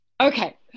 Okay